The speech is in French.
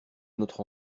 notre